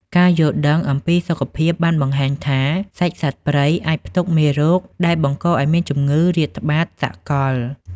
ការយល់ដឹងអំពីសុខភាពបានបង្ហាញថា សាច់សត្វព្រៃអាចផ្ទុកមេរោគដែលបង្កឱ្យមានជំងឺរាតត្បាតសកល។